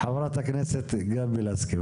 חה"כ גבי לסקי.